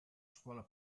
scuola